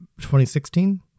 2016